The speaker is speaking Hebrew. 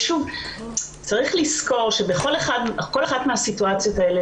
צריך לזכור שכל אחת מהסיטואציות האלה